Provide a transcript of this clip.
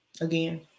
again